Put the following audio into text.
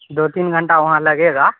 دو تین گھنٹہ وہاں لگے گا